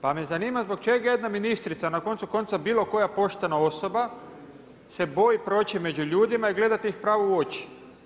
Pa me zanima zbog čega jedna ministrica na koncu konca bilo koja poštena osoba se boji proći među ljudima i gledati ih pravo u oči.